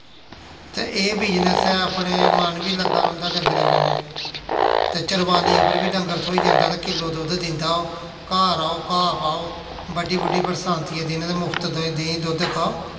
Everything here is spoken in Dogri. ते एह् बिजनस ऐ अपने मन बी लग्गा रौंह्दा डंगरें कन्नै ते चरवाली उप्पर बी डंगर थ्होई जंदा ते किल्लो दुद्ध दिंदा ओह् घाऽ र्हाओ घाऽ पाओ ब'ड्डी बुड्डी बरसांती दे दिनैं ते मुफ्त तुस देहीं दुद्ध खाओ